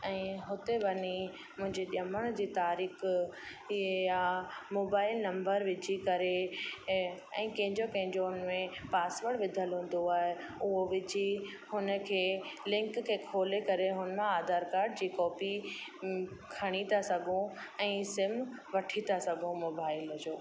ऐं हुते वञी मुंहिंजे ॼमण जी तारीख़ इहे या मोबाइल नंबर विझी करे ए ऐं कंहिंजो कंहिंजो उनमें पासवड विधल हूंदो आहे उहो विझी हुनखे लिंक खे खोले करे हुन मां आधार काड जी कॉपी खणी था सघू ऐं सिम वठी त सघूं मोबाइल जो